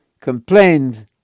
complained